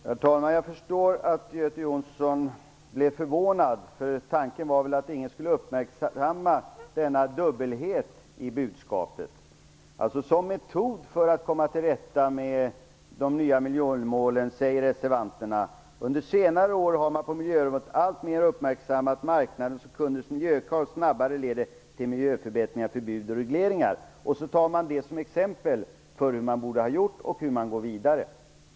Herr talman! Jag förstår att Göte Jonsson blev förvånad. Tanken var väl att ingen skulle uppmärksamma denna dubbelhet i budskapet. När det gäller metoden för att komma till rätta med de nya miljömålen säger reservanterna: "Under senare år har man på miljöområdet alltmer uppmärksammat att marknadens och kundernas miljökrav snabbare leder till miljöförbättringar än förbud och regleringar." Sedan tar man detta som exempel på hur man borde ha gjort och på hur man bör gå vidare.